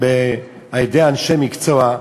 בידי אנשי מקצוע.